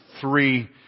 three